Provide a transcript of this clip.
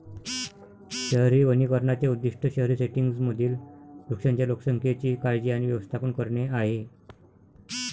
शहरी वनीकरणाचे उद्दीष्ट शहरी सेटिंग्जमधील वृक्षांच्या लोकसंख्येची काळजी आणि व्यवस्थापन करणे आहे